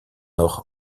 nog